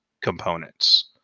components